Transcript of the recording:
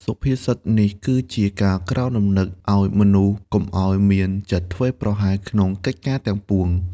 សុភាសិតនេះគឺជាការក្រើនរំលឹកឱ្យមនុស្សកុំឱ្យមានចិត្តធ្វេសប្រហែសក្នុងកិច្ចការទាំងពួង។